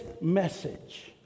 message